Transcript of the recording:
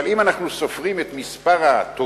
אבל אם אנחנו סופרים את מספר התובעים,